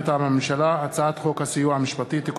מטעם הממשלה: הצעת חוק הסיוע המשפטי (תיקון